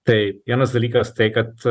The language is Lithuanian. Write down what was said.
tai vienas dalykas tai kad